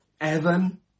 Evan